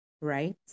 right